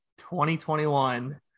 2021